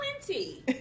Plenty